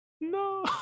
No